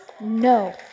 no